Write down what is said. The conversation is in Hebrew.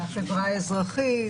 מהחברה האזרחית,